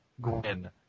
Gwen